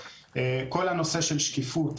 כל הנושא של שקיפות,